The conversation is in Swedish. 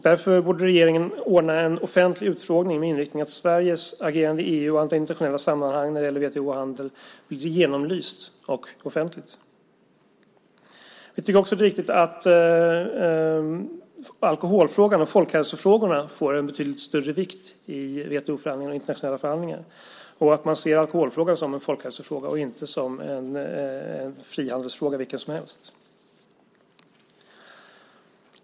Därför borde regeringen ordna en offentlig utfrågning med inriktning på Sveriges agerande i EU och andra internationella sammanhang när det gäller WTO och handel så att detta genomlyses offentligt. Vi tycker också att det är viktigt att alkoholfrågan och folkhälsofrågorna får en betydligt större vikt i WTO-förhandlingarna och internationella förhandlingar och att man ser alkoholfrågan som en folkhälsofråga och inte som vilken frihandelsfråga som helst.